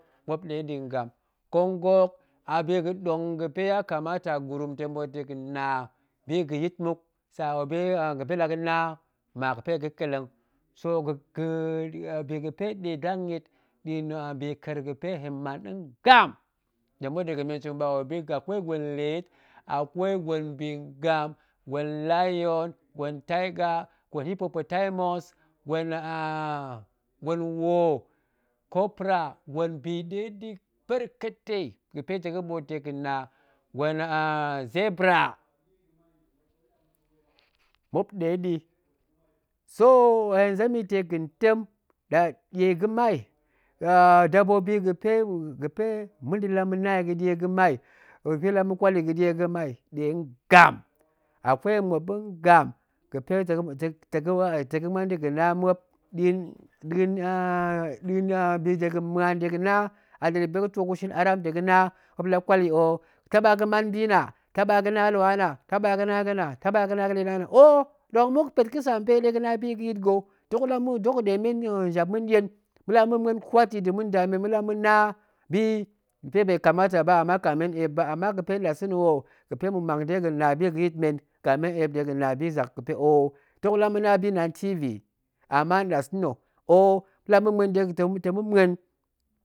Muop nɗeɗi ngam, nkong ga̱hok a ɓiga̱ɗong ga̱pe ya kamata gurum tong dega̱na bi ga̱yit muk tsa ga̱pe la ga̱na, ma ga̱pe tong ga̱ kelleng, so bi ga̱pe nɗe ɗang yit nɗa̱a̱n bika̱er ga̱pe hen man ngam, ta̱ ɓoot dega̱ mention ba, akwei gwen liit, akwei gwen bi ngam a kwei gwen lion, gwen tiger, gwen. hipopotanus, gwen woo, gwen copra gwen bi nɗeɗi ber katei, ga̱ta̱ ga̱ɓoot dega̱ na, gwen zibra muop nɗeɗi ber katei, ga̱ta̱ ga̱ɓoot dega̱ na̱, gwen zibra muop nɗeɗi, so hen zemyi dega̱n tem, ɗie ga̱ mai dabobi ga̱pe ga̱pe ma̱nɗe la ma̱na yi ga̱ɗie ga̱mai ga̱pe ma̱t ɗe la ma kwal yi gaɗie ga̱mai ɗe ngam, akwei muop ngam ga̱pe ta̱ ga̱muan da̱ga̱ na muop nɗa̱a̱p nɗa̱a̱n biga̱ muan dega̱na a ga̱pe guɗe gushin aram yi, muop nɗe la kwal y'oh, taɓa ga̱man bi nna̱ a, taɓa ga̱na lwa nna̱ taɓa ga̱nɗe nang nna̱ a oh ɗong muk pet ga̱sampe de ga̱na biyi ga̱yit ga̱, dok ga̱ɗe men njap manɗien ma̱nɗe la ma̱ muan kwat li nda̱ ma̱nda men, ma̱ɗe ma̱nabi ga̱pe ya kamata ba, ama ka men eep ba, ama ga̱pe nɗasa̱na ho, ga̱pe ma mang dega na biga̱ yit men ka men eep dega̱ na bi zak, ga̱pe oh dok ma̱n de ma̱na bi nna̱ a tv ama nɗa sa̱na, oh ala ma̱muen ta̱ ma̱ muen